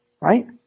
Right